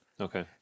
Okay